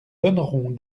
donneront